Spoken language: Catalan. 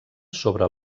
sobre